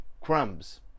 crumbs